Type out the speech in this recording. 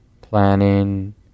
planning